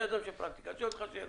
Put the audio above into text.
אני שואל אותך שאלה: